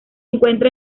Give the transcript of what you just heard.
encuentra